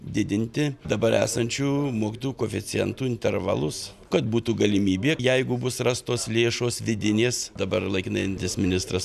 didinti dabar esančių mokytojų koeficientų intervalus kad būtų galimybie jeigu bus rastos lėšos vidinės dabar laikinai einantis ministras